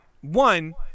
one